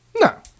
no